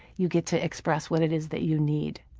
you get to express what it is that you need.